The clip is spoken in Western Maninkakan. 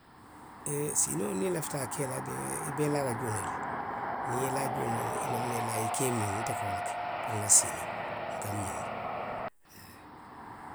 Siinoo niŋ i lafita ke la dee i be i laa la juuna le. Niŋ i ye i laa juuna le, i nanna i laa la i ka i miŋ; nte ka wo le ke. puru nŋa siinoo., nka nmiŋ ne, haa